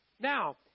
Now